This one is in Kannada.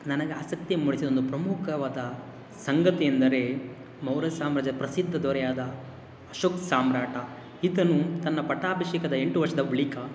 ನನಗೆ ಆಸಕ್ತಿ ಮೂಡಿಸಿದ ಒಂದು ಪ್ರಮುಖವಾದ ಸಂಗತಿ ಎಂದರೆ ಮೌರ್ಯ ಸಾಮ್ರಾಜ್ಯದ ಪ್ರಸಿದ್ಧ ದೊರೆಯಾದ ಅಶೋಕ್ ಸಮ್ರಾಟ ಈತನು ತನ್ನ ಪಟ್ಟಾಭಿಷೇಕದ ಎಂಟು ವರ್ಷದ ಬಳಿಕ